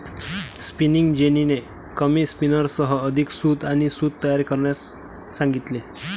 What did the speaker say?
spinning जेनीने कमी स्पिनर्ससह अधिक सूत आणि सूत तयार करण्यास सांगितले